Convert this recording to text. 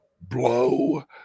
blow